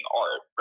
art